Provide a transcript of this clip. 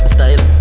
Style